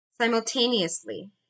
simultaneously